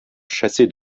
chassé